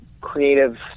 creative